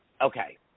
okay